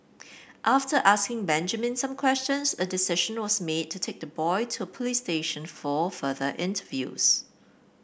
after asking Benjamin some questions a decision was made to take the boy to a police station for further interviews